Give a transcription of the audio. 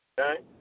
Okay